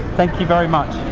thank you very much.